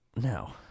No